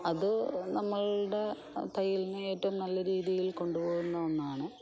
അത് നമ്മുടെ തയ്യലിനെ എറ്റവും നല്ല രീതിയിൽ കൊണ്ടുപോവുന്ന ഒന്നാണ്